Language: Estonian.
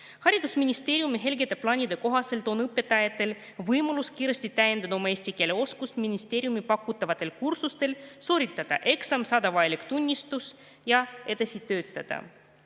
Haridusministeeriumi helgete plaanide kohaselt on õpetajatel võimalus kiiresti täiendada oma eesti keele oskust ministeeriumi pakutavatel kursustel, sooritada eksam, saada vajalik tunnistus ja edasi töötada.